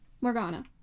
Morgana